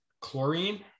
chlorine